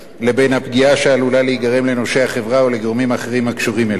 לבין הפגיעה שעלולה להיגרם לנושי החברה או לגורמים אחרים הקשורים אליה.